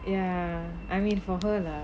ya I mean for her lah